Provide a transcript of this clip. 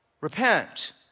repent